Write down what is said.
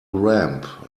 ramp